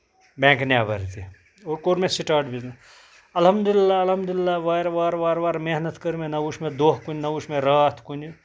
bank نٮ۪بر تہِ اور کوٚر مےٚ سٹارٹ بِزنٮ۪س الحمدللہ الحمدللہ وارٕ وار وارٕ وار محنت کٔر مےٚ نہ وُچھ مےٚ دۄہ کُنہِ نہ وُچھ مےٚ راتھ کُنہِ